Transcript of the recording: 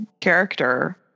character